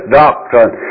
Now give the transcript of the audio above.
doctrine